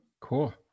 Cool